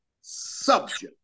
subject